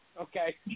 Okay